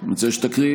את מבקשת לדבר?